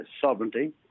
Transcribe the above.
sovereignty